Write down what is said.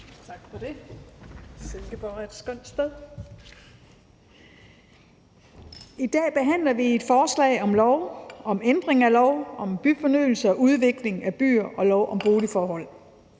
I dag behandler vi et forslag til lov om ændring af lov om byfornyelse og udvikling af byer og lov om boligforhold.